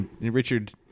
Richard